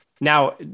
now